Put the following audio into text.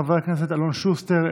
חבר הכנסת אלון שוסטר,